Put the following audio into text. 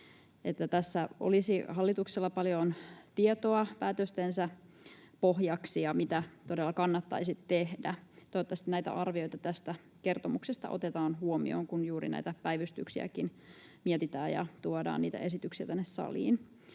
Tässä olisi hallituksella paljon tietoa päätöstensä pohjaksi, mitä todella kannattaisi tehdä. Toivottavasti näitä arvioita tästä kertomuksesta otetaan huomioon, kun juuri näitä päivystyksiäkin mietitään ja tuodaan niitä esityksiä tänne saliin.